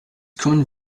common